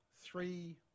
three-